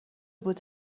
بود